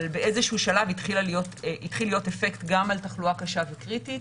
אבל באיזשהו שלב התחיל להיות אפקט גם על תחלואה קשה וקריטית